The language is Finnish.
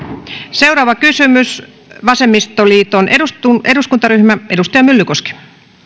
seuraava kysymys vasemmistoliiton eduskuntaryhmä edustaja myllykoski